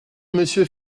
monsieur